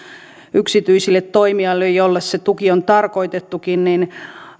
yksityisille toimijoille joille se tuki on tarkoitettukin niin